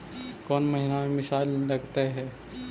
कौन महीना में मिसाइल लगते हैं?